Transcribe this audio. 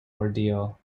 ordeal